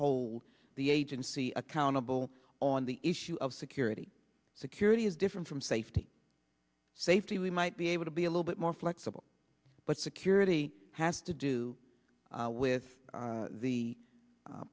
hold the agency accountable on the issue of security security is different from safety safety we might be able to be a little bit more flexible but security has to do with the